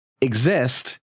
exist